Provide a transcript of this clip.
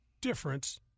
difference